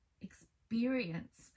experience